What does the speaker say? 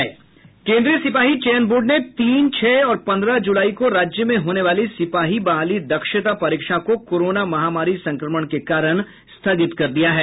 केन्द्रीय सिपाही चयन बोर्ड ने तीन छह और पन्द्रह जुलाई को राज्य में होने वाली सिपाही बहाली दक्षता परीक्षा को कोरोना महामारी संक्रमण के कारण स्थगित कर दिया गया है